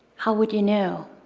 how would you know?